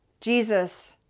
Jesus